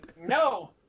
No